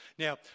Now